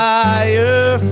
fire